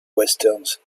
westerns